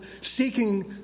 seeking